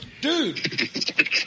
Dude